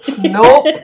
Nope